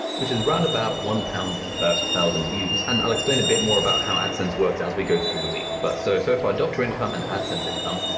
which is roundabout one pound per one thousand views. and i'll explain a bit more about how adsense works as we go through the week, but so, so far doctor income and adsense income,